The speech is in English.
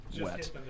wet